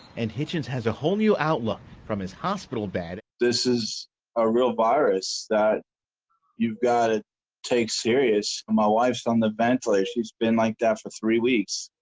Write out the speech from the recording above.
and hitchens has a whole new outlook from his hospital bed. this is a real virus that you've got to take serious. and my wife's on the ventilator, she's been like that for three weeks.